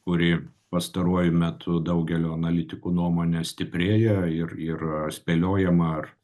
kuri pastaruoju metu daugelio analitikų nuomone stiprėja ir ir spėliojama ar